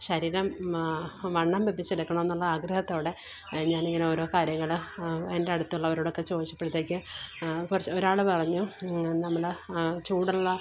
ശരീരം വണ്ണം വെപ്പിച്ചെടുക്കണം എന്നുള്ള ആഗ്രഹത്തോടെ ഞാൻ ഇങ്ങനെ ഓരോ കാര്യങ്ങൾ എൻ്റെ അറടുത്തുള്ളവരോടൊക്കെ ചോദിപ്പോഴത്തേക്ക് കുറച്ച് ഒരാൾ പറഞ്ഞു നമ്മുടെ ചൂടുള്ള